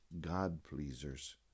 God-pleasers